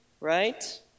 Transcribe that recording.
right